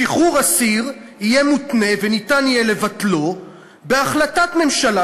שחרור אסיר יהיה מותנה וניתן יהיה לבטלו בהחלטת ממשלה